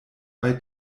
bei